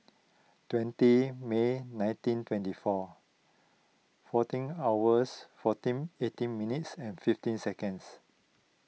twenty May nineteen twenty four fourteen hours fourteen eighteen minutes and fifteen seconds